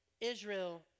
Israel